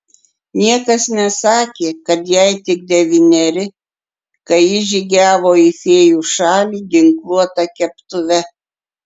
niekas nesakė kad jai tik devyneri kai ji žygiavo į fėjų šalį ginkluota keptuve